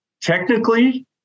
Technically